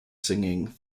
singing